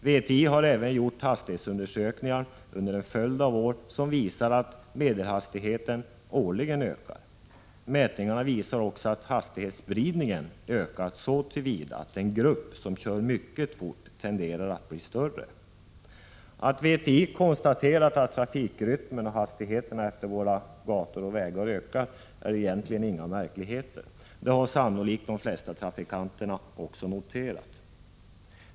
VTI har även gjort hastighetsundersökningar under en följd av år som visar att medelhastigheten årligen ökar. Mätningarna visar också att hastighetsspridningen ökat så till vida att den grupp som kör mycket fort tenderar att bli större. Att VTI konstaterat att trafikrytmen och hastigheterna efter våra gator och vägar ökat är egentligen inga märkligheter. Det har sannolikt de flesta trafikanter också noterat.